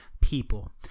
people